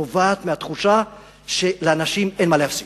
נובעים מהתחושה שלאנשים אין מה להפסיד,